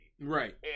Right